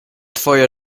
twoje